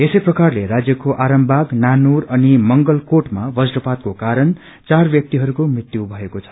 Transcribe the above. यसै प्रकारले राज्यको आरामबाग नानूर अनि मंग्लकोटमा काज्रपातको कारण चार व्यक्तिहरूको मृत्यु भएको छ